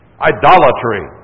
idolatry